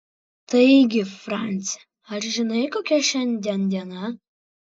taigi franci ar žinai kokia šiandien diena